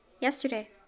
Yesterday